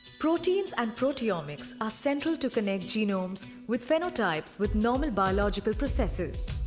proteins and proteomics are central to connect genomes with phenotypes with normal biological processes.